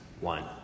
one